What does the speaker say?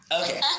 Okay